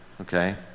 okay